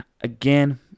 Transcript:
again